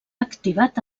activat